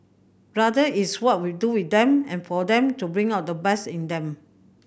rather it's what we do with them and for them to bring out the best in them